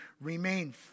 remain